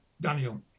Daniel